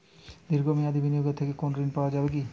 দীর্ঘ মেয়াদি বিনিয়োগ থেকে কোনো ঋন পাওয়া যাবে কী?